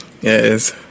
Yes